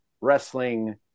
wrestling